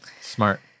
Smart